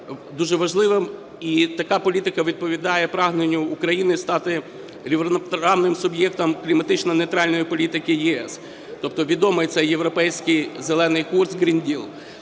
дуже важливим і така політика відповідає прагненню України стати рівноправним суб'єктом кліматично нейтральної політики ЄС, тобто відомий – це Європейський зелений курс (Green